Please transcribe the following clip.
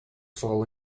fall